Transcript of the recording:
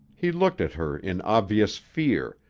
he looked at her in obvious fear,